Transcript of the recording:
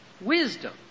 wisdom